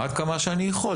אני אתעקש עד כמה שאני יכול.